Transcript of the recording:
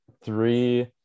Three